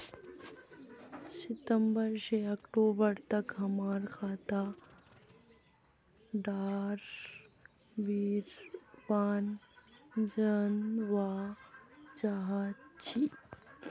सितंबर से अक्टूबर तक मोर खाता डार विवरण जानवा चाहची?